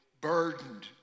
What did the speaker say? burdened